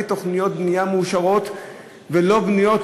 תוכניות בנייה מאושרות ולא בנויות,